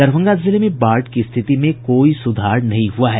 दरभंगा जिले में बाढ़ की स्थिति में कोई सुधार नहीं हुआ है